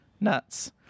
Nuts